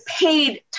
paid